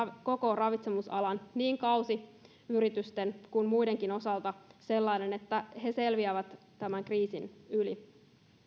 ravitsemusalan niin kausiyritysten kuin muidenkin osalta sellainen että he selviävät tämän kriisin yli